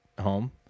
home